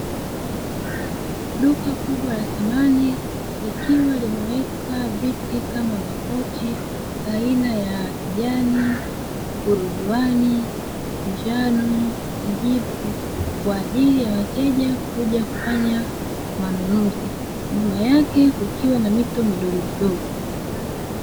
Duka kubwa la samani likiwa limeekwa vitu kama makochi aina ya; kijani, marujuani, njano na kijivu kwaajili ya wateja kuja kufanya manunuzi nyuma yake kukiwa na mito midogomidogo.